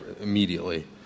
immediately